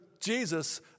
Jesus